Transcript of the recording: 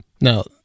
Now